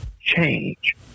change